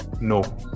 no